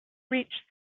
reached